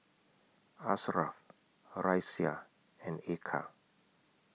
Ashraf Raisya and Eka